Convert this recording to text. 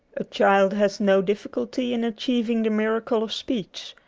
a child has no difficulty in achieving the miracle of speech,